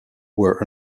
were